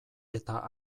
eta